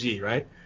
right